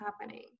happening